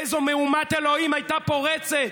איזו מהומת אלוהים הייתה פורצת.